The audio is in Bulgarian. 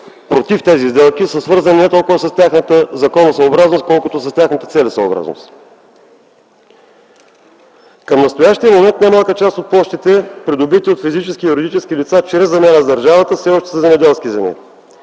против тези сделки, са свързани не толкова с тяхната законосъобразност, колкото с тяхната целесъобразност. Към настоящия момент немалка част от площите, придобити от физически и юридически лица чрез замяна с държавата, все още са земеделски земи.